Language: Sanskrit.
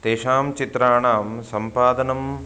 तेषां चित्राणां सम्पादनम्